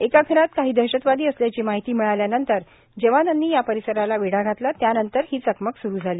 एका घरात काही दहशतवादी असल्याची माहिती मिळाल्यानंतर जवानांनी या परिसराला वेढा घातला त्यानंतर ही चकमक स्रू झाली